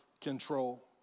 control